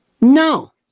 No